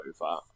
over